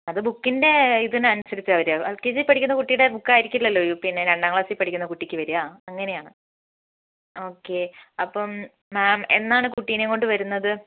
അത് ബുക്കിൻ്റെ ഇതിനനുസരിച്ചാണ് വരിക എൽ കെ ജി പഠിക്കുന്ന കുട്ടിയുടെ ബുക്കായിരിക്കില്ലല്ലോ യു പീൻ്റെ രണ്ടാം ക്ലാസ്സിൽ പഠിക്കുന്ന കുട്ടിക്ക് വരിക അങ്ങനെയാണ് ഓക്കെ അപ്പം മാം എന്നാണ് കുട്ടിയിനേയും കൊണ്ടുവരുന്നത്